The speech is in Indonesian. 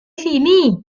sini